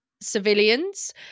civilians